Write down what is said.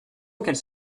qu’elle